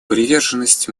приверженность